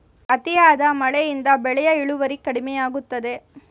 ಅತಿಯಾದ ಮಳೆಯಿಂದ ಬೆಳೆಯ ಇಳುವರಿ ಕಡಿಮೆಯಾಗುತ್ತದೆ